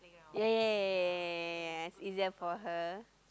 ya ya ya ya ya ya ya yes is that for her